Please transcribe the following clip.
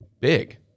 big